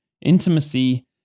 intimacy